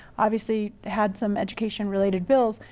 obviously had some education related bills,